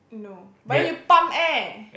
no but then you pump air